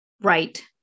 Right